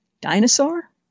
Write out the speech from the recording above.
dinosaur